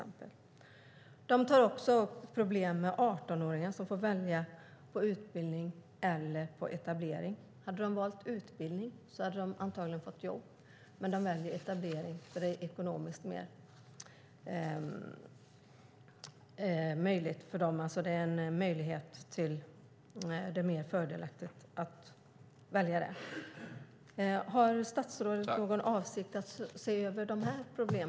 Man tar också upp problemet med 18-åringar som får välja på utbildning och etablering. Hade de valt utbildning hade de antagligen fått jobb, men de väljer etablering eftersom det är mer fördelaktigt. Har statsrådet för avsikt att se över dessa problem?